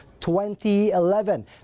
2011